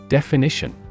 Definition